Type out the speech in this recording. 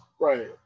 right